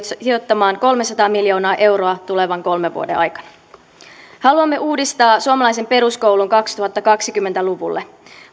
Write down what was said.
sijoittamaan kolmesataa miljoonaa euroa tulevien kolmen vuoden aikana haluamme uudistaa suomalaisen peruskoulun kaksituhattakaksikymmentä luvulle